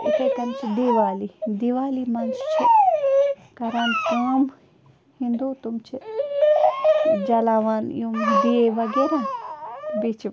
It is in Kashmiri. تہٕ یِتھے کٲنۍ چھِ دیٖوالی دِیٖوالی منٛز چھِ کَران کٲم ہنٛدو تِم چھِ جَلاوان یِم دِیَے وغیرہ بیٚیہِ چھِ